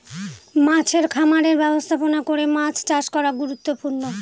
মাছের খামারের ব্যবস্থাপনা করে মাছ চাষ করা গুরুত্বপূর্ণ